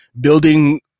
building